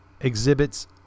exhibits